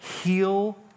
heal